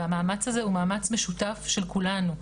המאמץ הזה הוא מאמץ משותף של כולנו.